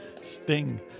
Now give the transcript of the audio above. Sting